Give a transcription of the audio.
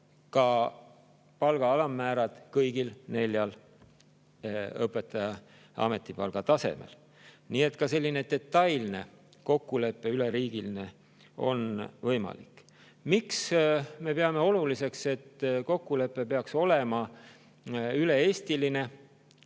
ka palga alammäärad kõigil neljal õpetajaameti palgatasemel. Nii et ka selline detailne üleriigiline kokkulepe on võimalik. Miks me peame oluliseks seda, et kokkulepe peaks olema üle-eestiline?